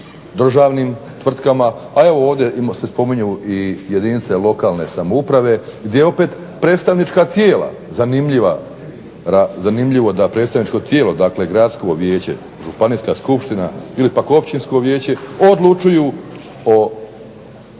državnim tvrtkama, pa evo ovdje se spominju jedinice lokalne samouprave gdje opet predstavnička tijela zanimljivo da predstavničko tijelo, gradsko vijeće, gradska skupština ili općinsko vijeće odlučuju o